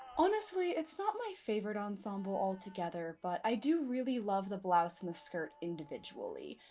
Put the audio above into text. honestly, it's not my favorite ensemble altogether but i do really love the blouse and the skirt individually.